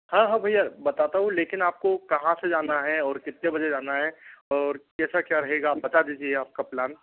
हाँ हाँ भैया बताता हूँ लेकिन आपको कहाँ से जाना है और कितने बजे जाना है और कैसा क्या रहेगा आप बता दीजिए आपका प्लान